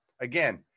Again